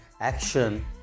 action